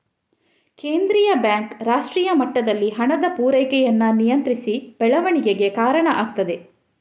ಕೇಂದ್ರೀಯ ಬ್ಯಾಂಕ್ ರಾಷ್ಟ್ರೀಯ ಮಟ್ಟದಲ್ಲಿ ಹಣದ ಪೂರೈಕೆಯನ್ನ ನಿಯಂತ್ರಿಸಿ ಬೆಳವಣಿಗೆಗೆ ಕಾರಣ ಆಗ್ತದೆ